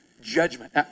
Judgment